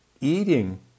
eating